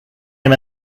him